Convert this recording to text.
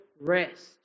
rest